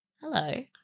Hello